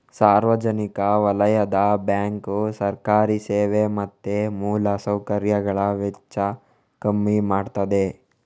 ಸಾರ್ವಜನಿಕ ವಲಯದ ಬ್ಯಾಂಕು ಸರ್ಕಾರಿ ಸೇವೆ ಮತ್ತೆ ಮೂಲ ಸೌಕರ್ಯಗಳ ವೆಚ್ಚ ಕಮ್ಮಿ ಮಾಡ್ತದೆ